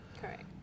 Correct